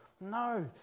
No